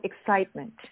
excitement